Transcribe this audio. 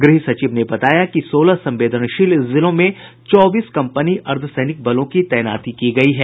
गृह सचिव ने बताया कि सोलह संवेदनशील जिलों में चौबीस कंपनी अर्द्वसैनिक बलों की तैनाती की जायेगी